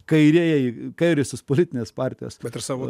kairieji kairiosios politinės partijos bet ir savo